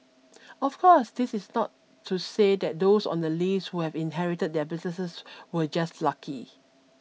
of course this is not to say that those on the list who have inherited their businesses were just lucky